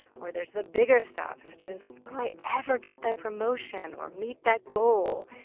or there's the bigger stuff such as, will i ever get that promotion or meet that goal?